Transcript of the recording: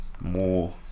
more